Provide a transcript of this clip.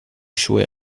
schuhe